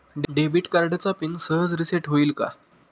Debit कार्डचा pin सहज reset होईल का?